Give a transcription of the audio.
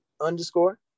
underscore